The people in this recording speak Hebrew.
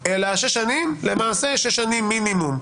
אלא למעשה שש שנים מינימום,